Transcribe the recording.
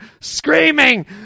screaming